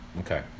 okay